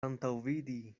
antaŭvidi